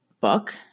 book